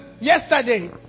yesterday